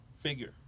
figure